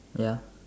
ya